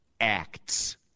acts